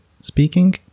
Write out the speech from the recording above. speaking